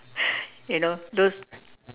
you know those